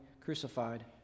crucified